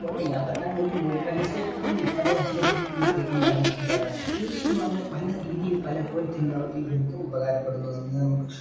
പോട്ടെ യാത്രക്കാരൻ അല്ലെങ്കിൽ ഗൂഗിൾ ട്രാൻസ്ലേറ്റർ പ ഭാഷകൾ പഠപ്പിക്കുന്ന പഠിക്കുന്ന അവർക്കും ഉപകാരമാണ് തീർച്ചയായും അങ്ങനെ പല രീതിയിൽ പല കോലത്തിലും അവർക്ക് ഉപകാരപ്പെടുന്നത് നമുക്ക്